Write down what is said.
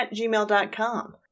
gmail.com